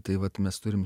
tai vat mes turim